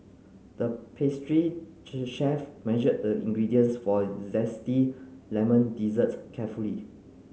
the pastry chef measured the ingredients for zesty lemon dessert carefully